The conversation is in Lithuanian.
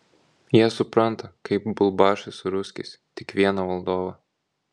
jie supranta kaip bulbašai su ruskiais tik vieną valdovą